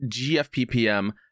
GFPPM